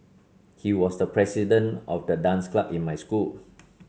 he was the president of the dance club in my school